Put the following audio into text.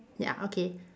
ya okay